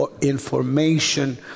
information